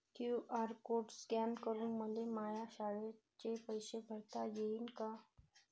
QR code scan करून मले माया शाळेचे पैसे भरता येईन का?